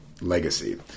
legacy